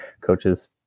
coaches